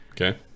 Okay